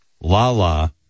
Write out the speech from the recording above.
Lala